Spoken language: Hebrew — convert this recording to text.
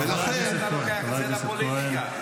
אתה לוקח את זה לפוליטיקה.